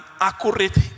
accurate